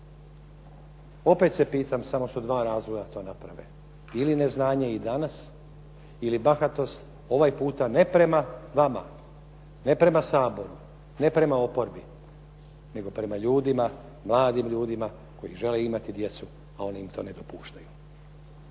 Opet se pitam samo su dva razloga da to naprave ili neznanje i danas ili bahatost ovaj puta ne prema vama, ne prema Saboru, ne prema oporbi, nego prema ljudima, mladim ljudima, koji žele imati djecu, a oni im to ne dopuštaju.